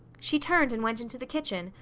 she turned and went into the kitchen,